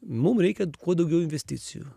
mum reikia kuo daugiau investicijų